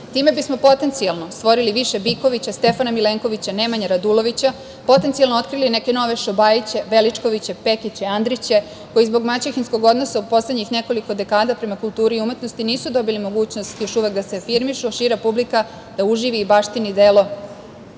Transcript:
Time bismo potencijalno stvorili više Bikovića, Stefana Milenkovića, Nemanje Radulovića, potencijalno otkrili neke nove Šobajiće, Veličkoviće, Pekiće, Andriće, koji zbog maćehinskog odnosa u poslednjih nekoliko dekada prema kulturi i umetnosti nisu dobili mogućnost još uvek da se afirmišu, a šira publika da uživi i baštini delo